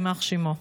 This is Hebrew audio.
יימח שמו.